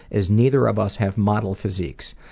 as neither of us have model physiques.